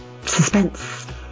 Suspense